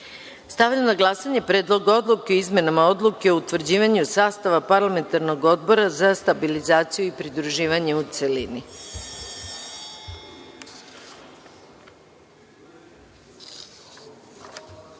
na glasanje Predlog odluke o izmenama Odluke o utvrđivanju sastava Parlamentarnog odbora za stabilizaciju i pridruživanje, u celini. Molim